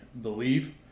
believe